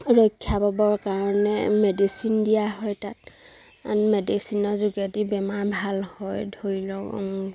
ৰক্ষা পাবৰ কাৰণে মেডিচিন দিয়া হয় তাত মেডিচিনৰ যোগেদি বেমাৰ ভাল হয় ধৰি লওক